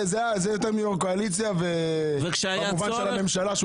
יותר מיו"ר קואליציה במובן של הממשלה.